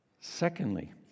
secondly